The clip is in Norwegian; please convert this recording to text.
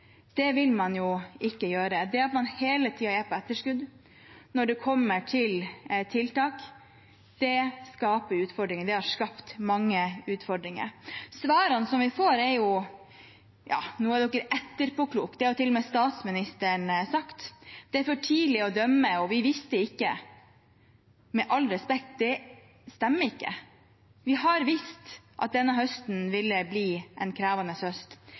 på etterskudd når det kommer til tiltak, skaper utfordringer, og det har skapt mange utfordringer. Svarene vi får, er – ja, nå er man etterpåklok, det har til og med statsministeren sagt – at det er for tidlig å dømme, og at man visste ikke. Med all respekt – det stemmer ikke. Vi har visst at denne høsten ville bli en krevende høst.